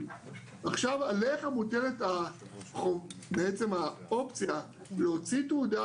ועכשיו עליך מוטלת האופציה להוציא תעודה,